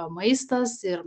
maistas ir